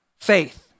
faith